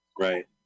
Right